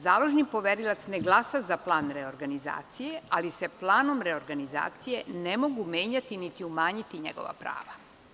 Založni poverilac ne glasa za plan reorganizacije, ali se planom reorganizacije ne mogu menjati niti umanjiti njegova prava.